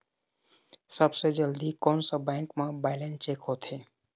सबसे जल्दी कोन सा बैंक म बैलेंस चेक होथे?